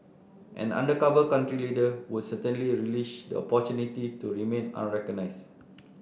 an undercover country leader would certainly relish the opportunity to remain unrecognised